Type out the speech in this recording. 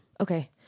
Okay